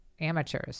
amateurs